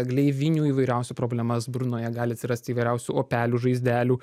gleivinių įvairiausių problemas burnoje gali atsirasti įvairiausių opelių žaizdelių